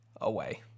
away